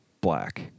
black